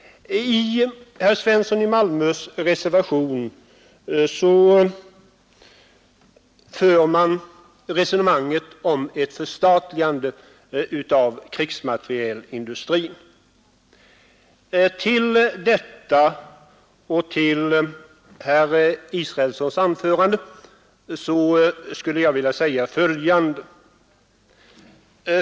I herr Svenssons i Malmö reservation förs ett resonemang om förstatligande av krigsmaterielindustrin. Till detta och till herr Israelssons anförande skulle jag vilja säga följande.